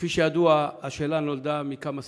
כפי שידוע, השאלה נולדה מכמה סיבות.